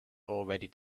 already